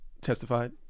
Testified